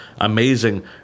amazing